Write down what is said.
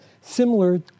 similar